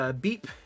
Beep